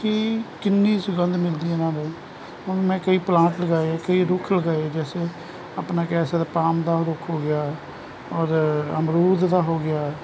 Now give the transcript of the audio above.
ਕਿ ਕਿੰਨੀ ਸੁਗੰਧ ਮਿਲਦੀ ਆ ਇਹਨਾ ਤੋਂ ਹੁਣ ਮੈਂ ਕਈ ਪਲਾਂਟ ਲਗਾਏ ਕਈ ਰੁੱਖ ਲਗਾਏ ਜੈਸੇ ਆਪਣਾ ਕਹਿ ਸਕਦਾ ਪਾਮ ਦਾ ਰੁੱਖ ਹੋ ਗਿਆ ਔਰ ਅਮਰੂਦ ਦਾ ਹੋ ਗਿਆ